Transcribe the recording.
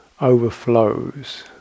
overflows